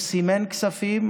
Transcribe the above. הוא סימן כספים,